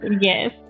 Yes